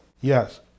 Yes